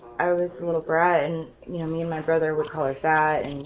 i was a little brat and you know me and my brother would call her fat